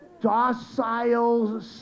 docile